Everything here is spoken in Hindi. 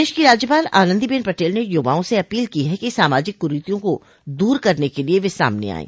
प्रदेश की राज्यपाल आनंदीबेन पटेल ने युवाओं से अपील की है कि सामाजिक कुरीतियों को दूर करने के लिए वे सामने आये